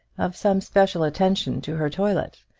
of some special attention to her toilet.